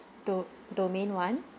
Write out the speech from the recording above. do~ domain one